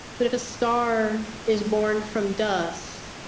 but if a star is born from dust,